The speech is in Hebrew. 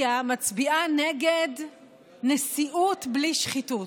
מצביעה נגד נשיאות בלי שחיתות?